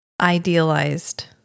idealized